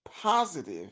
positive